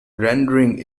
rendering